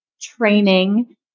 training